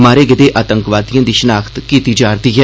मारे गेदे आतंकवादिएं दी शनाख्त कीती जा करदी ऐ